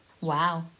Wow